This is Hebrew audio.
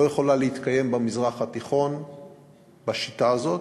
לא יכולה להתקיים במזרח התיכון בשיטה הזאת.